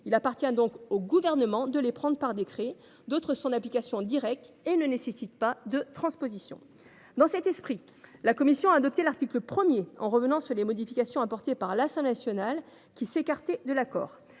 il appartient donc au Gouvernement de les prendre par décret. D’autres sont d’application directe et ne nécessitent pas de transposition. Dans cet esprit, la commission a adopté l’article 1 en revenant sur les modifications apportées par l’Assemblée nationale qui s’écartaient de l’accord.